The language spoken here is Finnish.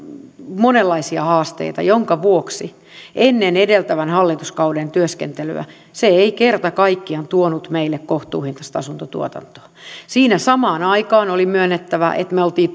monenlaisia haasteita minkä vuoksi ennen edeltävän hallituskauden työskentelyä se ei kerta kaikkiaan tuonut meille kohtuuhintaista asuntotuotantoa siinä samaan aikaan oli myönnettävä että me olimme